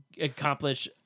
accomplish